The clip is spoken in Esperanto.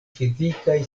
fizikaj